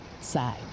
side